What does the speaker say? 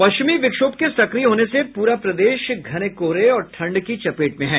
पश्चिमी विक्षोभ के सक्रिय होने से पूरा प्रदेश घने कोहरे और ठंड की चपेट में है